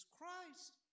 Christ